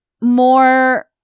more